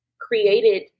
created